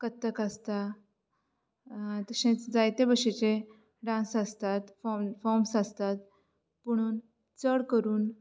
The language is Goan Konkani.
कथ्थक आसात जशे जायते बशेचे डान्स आसतात फॉम्स आसतात चड करून